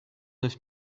neuf